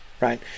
Right